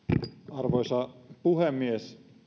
arvoisa puhemies